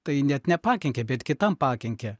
tai net nepakenkia bet kitam pakenkia